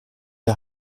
der